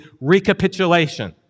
recapitulation